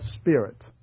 spirit